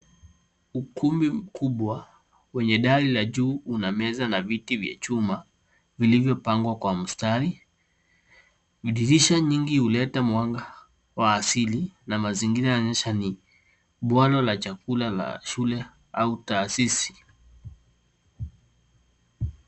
Ukumbi mkubwa wenye dari la juu una meza na viti vya chuma vilivyopangwa kwa mstari. Dirisha nyingi huleta mwanga wa asili na mazingira yanaonyesha ni bwalo la chakula ya shule au taasisi